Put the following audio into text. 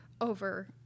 over